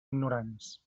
ignorants